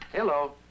Hello